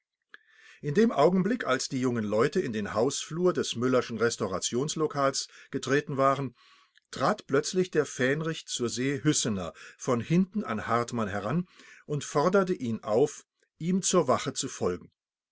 in dem augenblick als die jungen leute in den hausflur des müllerschen restaurationslokals getreten waren trat plötzlich der fähnrich z s hüssener von hinten an hartmann heran und forderte ihn auf ihm zur wache zu folgen